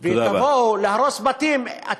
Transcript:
ותבואו להרוס בתים, תודה רבה.